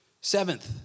Seventh